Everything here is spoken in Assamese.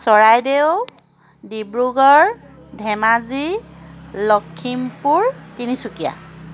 চৰাইদেউ ডিব্ৰুগড় ধেমাজি লখিমপুৰ তিনিচুকীয়া